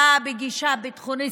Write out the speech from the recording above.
היא באה בגישה ביטחוניסטית,